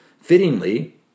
Fittingly